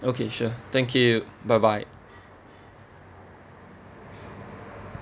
okay sure thank you bye bye